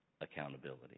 accountability